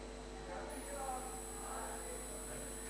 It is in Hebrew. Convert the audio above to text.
וגם לא בערבית.